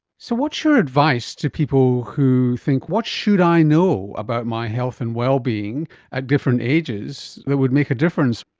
so what's your advice to people who think what should i know about my health and well-being at different ages that would make a difference?